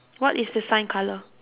what is the sign colour